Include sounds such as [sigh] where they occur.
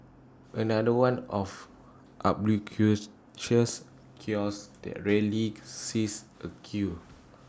another one of [unintelligible] kiosks that rarely sees A queue